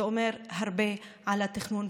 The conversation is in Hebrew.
זה אומר הרבה על התכנון,